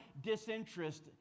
disinterest